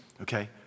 Okay